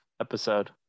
episode